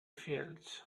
fields